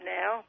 now